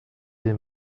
des